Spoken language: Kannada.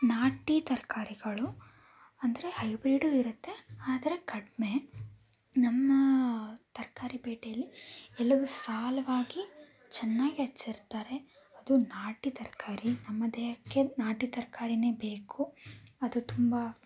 ನಾಟಿ ತರಕಾರಿಗಳು ಅಂದರೆ ಹೈಬ್ರೀಡು ಇರುತ್ತೆ ಆದರೆ ಕಡಿಮೆ ನಮ್ಮ ತರಕಾರಿ ಪೇಟೆಯಲ್ಲಿ ಎಲ್ಲವು ಸಾಲವಾಗಿ ಚೆನ್ನಾಗಿ ಹಚ್ಚಿರ್ತಾರೆ ಅದು ನಾಟಿ ತರಕಾರಿ ನಮ್ಮ ದೇಹಕ್ಕೆ ನಾಟಿ ತರಕಾರಿನೆ ಬೇಕು ಅದು ತುಂಬ